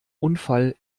unfall